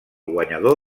guanyador